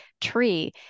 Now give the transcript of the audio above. tree